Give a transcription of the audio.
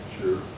Sure